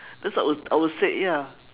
that's what I will I will say ya